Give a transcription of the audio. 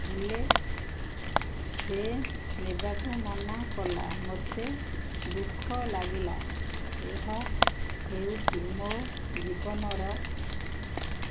ହେଲେ ସେ ନେବାକୁ ମନା କଲା ମୋତେ ଦୁଃଖ ଲାଗିଲା ଏହା ହେଉଛି ମୋ ଜୀବନର